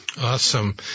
Awesome